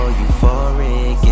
euphoric